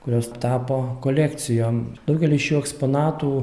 kurios tapo kolekcijom daugelis šių eksponatų